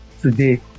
today